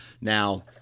Now